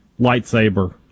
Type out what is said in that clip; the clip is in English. lightsaber